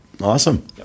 Awesome